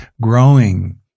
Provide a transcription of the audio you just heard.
growing